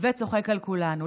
וצוחק על כולנו.